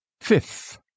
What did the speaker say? Fifth